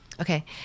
Okay